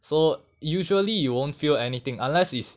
so usually you won't feel anything unless is